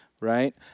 right